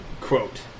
Quote